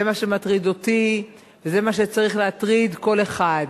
זה מה שמטריד אותי, וזה מה שצריך להטריד כל אחד.